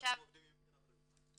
--- עובדים עם טנא בריאות.